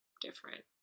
different